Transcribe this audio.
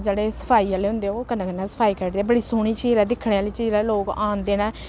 जेह्ड़े सफाई आह्ले होंदे ऐ ओह् कन्नै कन्नै सफाई करदे ऐ बड़ी सोह्नी झील ऐ दिक्खने आह्ली झील ऐ लोक औंदे न